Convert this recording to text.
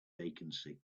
vacancy